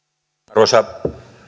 arvoisa